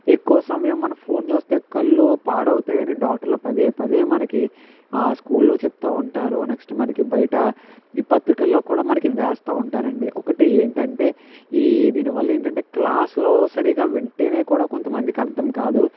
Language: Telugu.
ఎక్కువ సమయం మనం ఫోన్ చూస్తే కళ్ళు పాడవుతాయని డాక్టర్లు పదే పదే మనకి స్కూల్ లో చెప్తూ ఉంటారు నెక్స్ట్ మనకి బయట ఈ పత్రికల్లో కూడా మనకి వేస్తా ఉంటారు అండి ఒకటి ఏంటంటే ఈ దీనివల్ల ఏంటంటే క్లాస్ లో సరిగా వింటేనే కూడా కొంతమందికి అర్థం కాదు